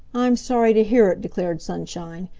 i'm sorry to hear it, declared sunshine.